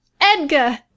Edgar